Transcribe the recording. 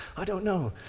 i don't know.